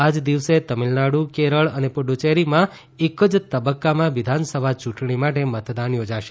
આ જ દિવસે તમિલનાડુ કેરળ અને પુફચ્ચેરીમાં એક જ તબક્કામાં વિધાનસભા યૂંટણી માટે મતદાન યોજાશે